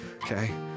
Okay